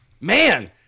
Man